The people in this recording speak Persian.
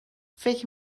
فکر